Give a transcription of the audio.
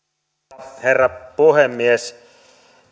arvoisa herra puhemies